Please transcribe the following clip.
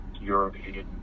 European